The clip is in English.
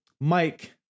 Mike